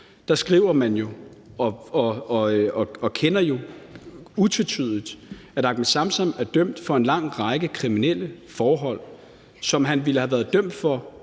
skriver man jo utvetydigt, at Ahmed Samsam er dømt for en lang række kriminelle forhold, som han ville have været dømt for,